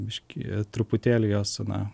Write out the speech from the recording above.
biškį truputėlį jos na